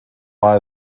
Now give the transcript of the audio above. war